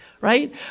Right